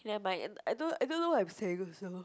okay never mind I don't I don't know what I'm saying also